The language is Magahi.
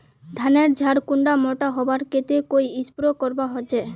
धानेर झार कुंडा मोटा होबार केते कोई स्प्रे करवा होचए?